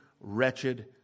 Wretched